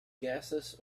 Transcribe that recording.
gases